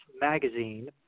magazine